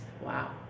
Wow